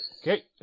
Okay